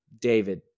David